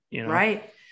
Right